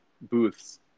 booths